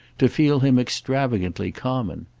to feel him extravagantly common.